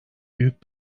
büyük